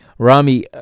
Rami